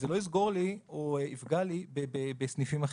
זה לא יפגע לי בסניפים אחרים.